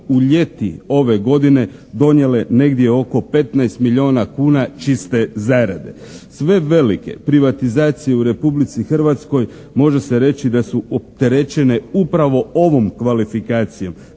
u ljeti ove godine donijele negdje oko 15 milijuna kuna čiste zarade. Sve velike privatizacije u Republici Hrvatskoj može se reći da su opterećene upravo ovom kvalifikacijom.